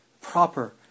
proper